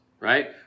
right